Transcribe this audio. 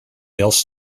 else